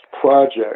Project